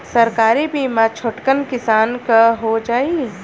सरकारी बीमा छोटकन किसान क हो जाई?